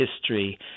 history